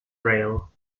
rail